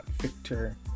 Victor